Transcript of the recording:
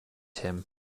him